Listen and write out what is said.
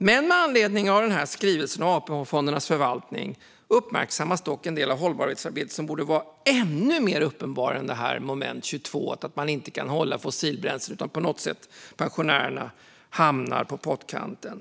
Men med anledning av denna skrivelse om AP-fondernas förvaltning uppmärksammas dock en del av hållbarhetsarbetet som borde vara ännu mer uppenbar än det moment 22 som handlar om att man inte kan ha fossilbränsle utan att sätta pensionärerna på pottkanten.